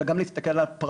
אלא להסתכל גם על הפרט.